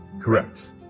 Correct